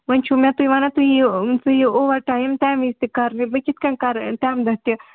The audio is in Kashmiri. وَنۍ چھُو مےٚ تُہۍ وَنان تُہۍ یِیِو ژٕ یہِ اوٚوَر ٹایِم تَمہِ وزِ تہِ کَر وۄنۍ کِتھ کَنۍ کَرٕ تَمہِ دۄہ تہِ